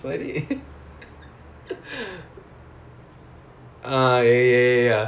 sorry ya some more got mask got face shield you know everything ah